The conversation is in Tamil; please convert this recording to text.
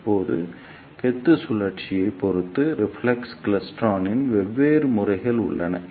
இப்போது கொத்து சுழற்சியைப் பொறுத்து ரிஃப்ளெக்ஸ் கிளைஸ்டிரானில் வெவ்வேறு முறைகள் உள்ளன